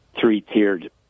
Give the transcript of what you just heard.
three-tiered